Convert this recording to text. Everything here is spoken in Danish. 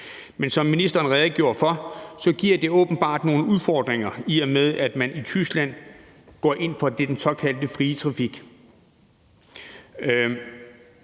Men som ministeren redegjorde for, giver det åbenbart nogle udfordringer, i og med at man i Tyskland går ind for den såkaldte frie trafik.